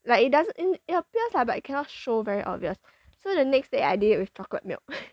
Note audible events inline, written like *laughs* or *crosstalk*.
like it doesn't um it appears lah but it cannot show very obvious so the next day I did it with chocolate milk *laughs*